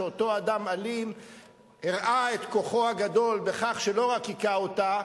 שאותו אדם אלים הראה את כוחו הגדול בכך שלא רק הכה אותה,